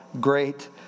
great